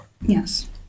Yes